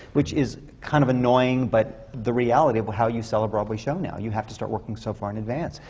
which is kind of annoying, but the reality of how you sell a broadway show now. you have to start working so far in advance.